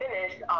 finished